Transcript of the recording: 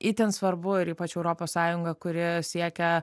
itin svarbu ir ypač europos sąjunga kuri siekia